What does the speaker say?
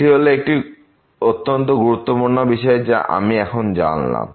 এটি হলো একটি অত্যন্ত গুরুত্বপূর্ণ বিষয় যা আমি এখন জানালাম